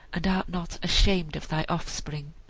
and art not ashamed of thy offspring,